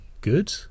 good